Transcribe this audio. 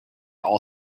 all